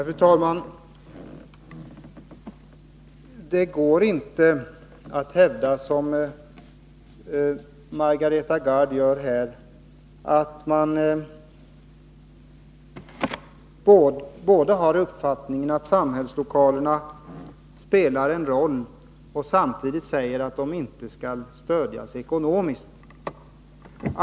Fru talman! Det går inte att hävda, som Margareta Gard gör, att samlingslokalerna spelar en roll och att de inte skall stödas ekonomiskt.